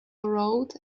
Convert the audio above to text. wrote